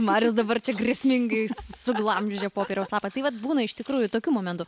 marius dabar čia grėsmingai suglamžė popieriaus lapą tai vat būna iš tikrųjų tokių momentų